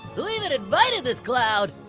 who even invited this clown?